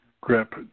grip